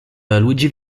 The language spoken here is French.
luigi